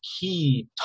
key